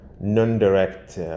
non-direct